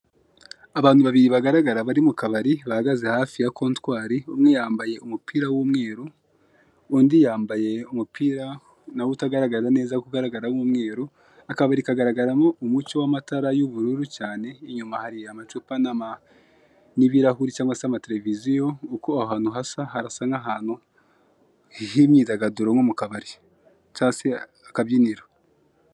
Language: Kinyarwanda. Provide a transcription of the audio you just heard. Abantu babiri bagaragara bari mu kabari bahagaze hafi ya kontwari, umwe yambaye umupira w'umweru undi yambaye umupira na wo utagaragara neza ko ugaragara nk'umweru, akabari kagaragaramo umucyo w'amatara y'ubururu cyane, inyuma hari amacupa n'ibirahure cyangwa se ama televiziyo, uko aha hantu hasa harasa nk'ahantu h'imyidagaduro nko mu kabari cyangwa se akabyiniro.